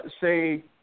say